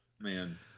man